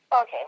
Okay